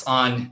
on